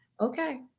Okay